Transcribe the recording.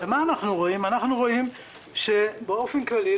אנחנו רואים שבאופן כללי,